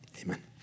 amen